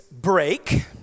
break